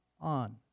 on